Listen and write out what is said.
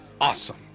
awesome